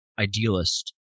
idealist